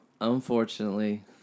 Unfortunately